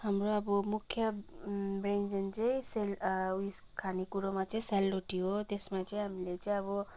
हाम्रो अब मुख्य व्यञ्जन चाहिँ सेल उयस खानेकुरोमा चाहिँ सेलरोटी हो त्यसमा चाहिँ हामीले चाहिँ अब